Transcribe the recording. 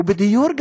ובדיור,